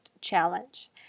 challenge